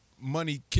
money